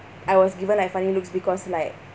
I was given like funny looks because like